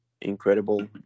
incredible